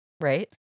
Right